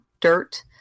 dirt